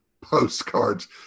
postcards